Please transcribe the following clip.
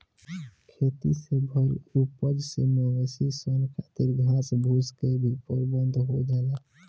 खेती से भईल उपज से मवेशी सन खातिर घास भूसा के भी प्रबंध हो जाला